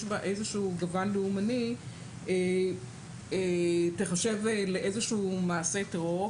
בה איזשהו גוון לאומני תיחשב לאיזשהו מעשה טרור,